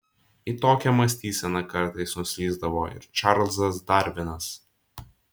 į tokią mąstyseną kartais nuslysdavo ir čarlzas darvinas